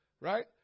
Right